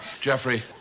jeffrey